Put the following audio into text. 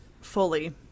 fully